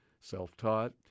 self-taught